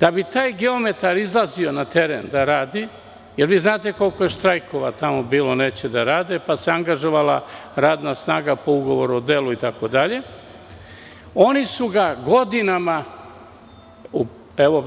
Da bi taj geometar izlazio na teren da radi, da li znate koliko je tamo štrajkova bilo, pa se angažovala radna snaga po ugovoru o delu itd, oni su ga godinama, u